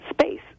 space